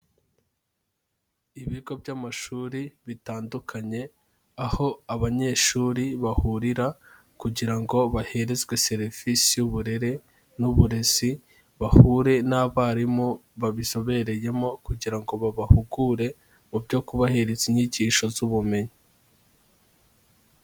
Ibigo by'amashuri bitandukanye aho abanyeshuri bahurira kugira ngo baherezwe serivisi y'uburere n'uburezi, bahure n'abarimu babizobereyemo kugira ngo babahugure mu byo kubahereza inyigisho z'ubumenyi.